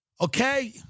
Okay